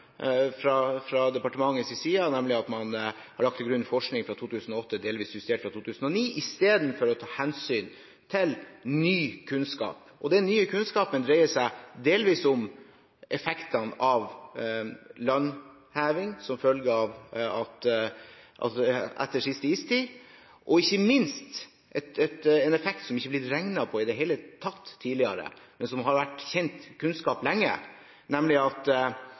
Fra departementets side innrømmer man også at man har lagt til grunn forskning fra 2008, delvis justert fra 2009, istedenfor å ta hensyn til ny kunnskap. Den nye kunnskapen dreier seg om landheving etter siste istid – ikke minst landheving på grunn av en effekt som det ikke er blitt regnet på i det hele tatt tidligere, men som har vært kjent kunnskap lenge, nemlig at